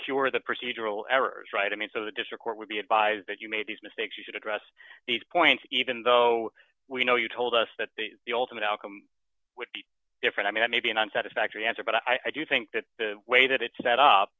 cure the procedural errors right i mean so the district court would be advised that you made these mistakes you should address these points even though we know you told us that the ultimate outcome would be different i mean i may be and i'm satisfactory answer but i do think that the way that it's set up